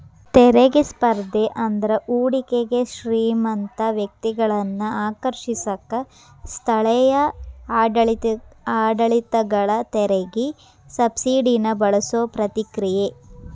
ತೆರಿಗೆ ಸ್ಪರ್ಧೆ ಅಂದ್ರ ಹೂಡಿಕೆಗೆ ಶ್ರೇಮಂತ ವ್ಯಕ್ತಿಗಳನ್ನ ಆಕರ್ಷಿಸಕ ಸ್ಥಳೇಯ ಆಡಳಿತಗಳ ತೆರಿಗೆ ಸಬ್ಸಿಡಿನ ಬಳಸೋ ಪ್ರತಿಕ್ರಿಯೆ